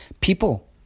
People